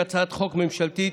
שהיא הצעת חוק ממשלתית,